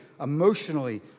emotionally